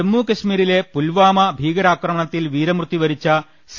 ജമ്മു കശ്മീരിലെ പുൽവാമ ഭീകരാക്രമണത്തിൽ വീരമൃത്യു വരിച്ച സി